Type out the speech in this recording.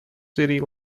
city